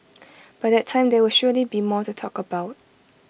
by that time there will surely be more to talk about